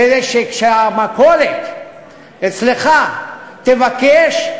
כדי שכשהמכולת אצלך תבקש,